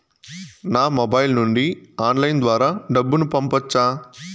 నా మొబైల్ నుండి ఆన్లైన్ ద్వారా డబ్బును పంపొచ్చా